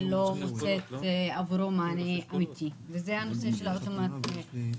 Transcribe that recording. לא מוצאת עבורו מענה אמיתי וזה הנושא של האוטומציה.